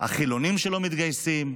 החילונים שלא מתגייסים,